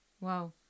wow